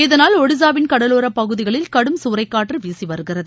இதனால் ஒடிஸாவின் கடலோரப் பகுதிகளில் கடும் சூறைக்காற்று வீசி வருகிறது